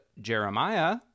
jeremiah